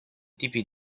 tipi